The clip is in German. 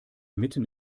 mitten